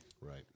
Right